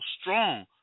strong